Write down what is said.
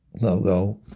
logo